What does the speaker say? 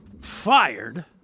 fired